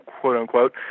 quote-unquote